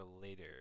later